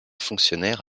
fonctionnaire